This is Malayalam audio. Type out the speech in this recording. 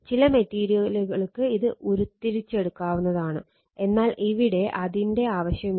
ചില മെറ്റീരിയലുകൾക്ക് ഇത് ഉരുത്തിരിച്ചെടുക്കാവുന്നതാണ് എന്നാൽ ഇവിടെ അതിന്റെ ആവശ്യം ഇല്ല